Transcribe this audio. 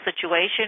situation